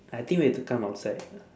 I think we have to come outside